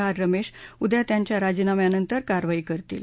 R Ramesh उद्या त्यांच्या राजीनाम्यांवर कारवाई करतील